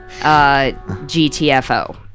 GTFO